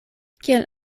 kiel